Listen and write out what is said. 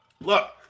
Look